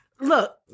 look